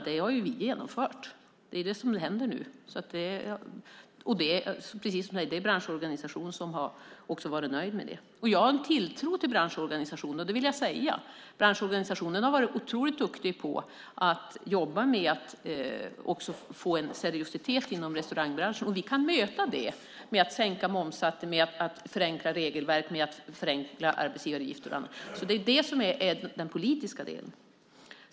Det har vi nu genomfört, och precis som det sägs har branschorganisationen varit nöjd med det. Jag har en tilltro till branschorganisationen, det vill jag säga. Branschorganisationen har varit oerhört duktig på att jobba för att få seriositet inom restaurangbranschen. Vi kan möta det med att sänka momssatsen samt förenkla regelverk, arbetsgivaravgifter och annat. Det är alltså den politiska delen.